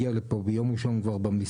הבא השר מגיע לפה ביום ראשון הוא כבר במשרד,